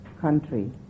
country